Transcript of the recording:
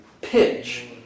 Pitch